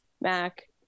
Mac